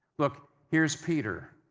look, here's peter.